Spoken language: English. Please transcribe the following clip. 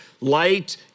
Light